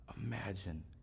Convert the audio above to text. imagine